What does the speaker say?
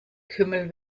kümmel